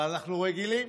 אבל אנחנו רגילים.